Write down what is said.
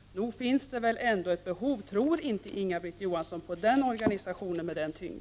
Nog finns det ett behov. Tror inte Inga-Britt Johansson på denna organisation som har en sådan tyngd?